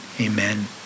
Amen